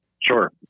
Sure